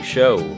Show